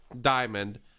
diamond